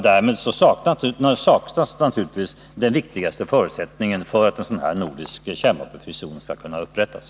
Därmed saknas naturligtvis den viktigaste förutsättningen för att en nordisk kärnvapenfri zon skall kunna upprättas.